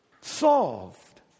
Solved